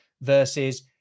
Versus